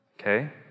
okay